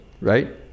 Right